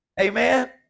Amen